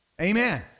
Amen